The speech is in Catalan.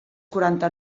quaranta